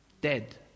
dead